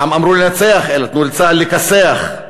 פעם אמרו "לנצח" תנו לצה"ל לכסח,